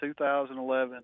2011